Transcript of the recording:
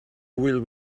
will